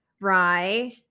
rye